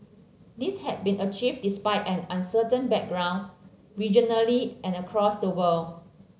this has been achieved despite an uncertain background regionally and across the world